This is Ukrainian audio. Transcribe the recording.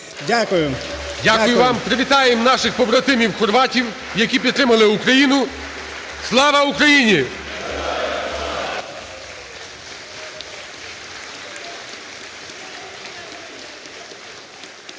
Дякую вам. Привітаємо наших побратимів-хорватів, які підтримали Україну. Слава Україні!